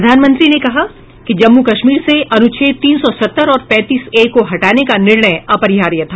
प्रधानमंत्री ने कहा कि जम्मू कश्मीर से अनुच्छेद तीन सौ सत्तर और पैंतीस ए को हटाने का निर्णय अपरिहार्य था